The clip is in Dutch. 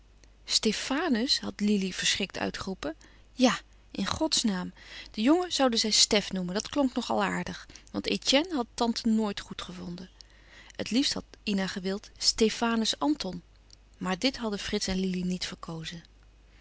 stefanus had lili verschrikt uitgeroepen ja in godsnaam den jongen zouden zij stef noemen dat klonk nog al aardig want etienne had tante nooit goed gevonden het liefst had ina gewild stefanus anton maar dit hadden frits en lili niet verkozen